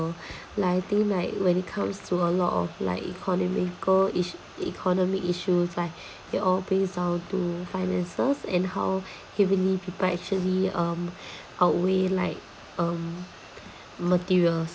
like I think like when it comes to a lot of like economical issu~ economic issues like it all pays on to finances and how heavily people actually um outweigh like um materials